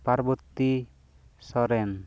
Parbati Soren